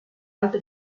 alto